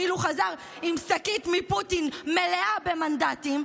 כאילו חזר עם שקית מפוטין מלאה במנדטים,